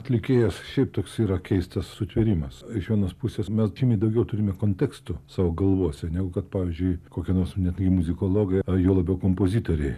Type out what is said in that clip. atlikėjas šiaip toks yra keistas sutvėrimas iš vienos pusės mes žymiai daugiau turime konteksto savo galvose negu kad pavyzdžiui kokia nors netgi muzikologė o juo labiau kompozitorė